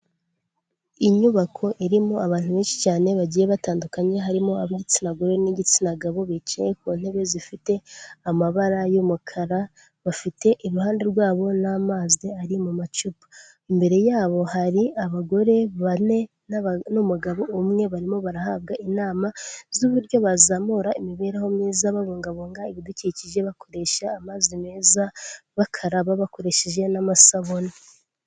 Inyubako irimo abantu benshi cyane bagiye batandukanye, harimo ab'igitsina gore n'igitsina gabo, bicaye ku ntebe zifite amabara y'umukara, bafite iruhande rwabo n'amazi ari mu macupa, imbere yabo hari abagore bane n'umugabo umwe, barimo barahabwa inama z'uburyo bazamura imibereho myiza, babungabunga ibidukikije bakoresha amazi meza, bakaraba bakoresheje n'amasabune.